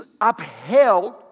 upheld